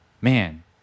Man